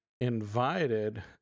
invited